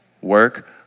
Work